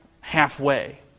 halfway